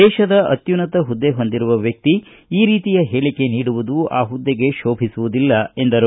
ದೇಶದ ಅತ್ತುನ್ನತ ಹುದ್ದೆ ಹೊಂದಿರುವ ವ್ಯಕ್ತಿ ಈ ರೀತಿಯ ಹೇಳಿಕೆ ನೀಡುವುದು ಆ ಹುದ್ದೆಗೆ ಶೋಭಿಸುವುದಿಲ್ಲ ಎಂದರು